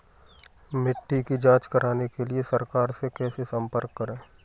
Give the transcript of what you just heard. मिट्टी की जांच कराने के लिए सरकार से कैसे संपर्क करें?